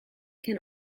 can